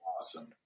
awesome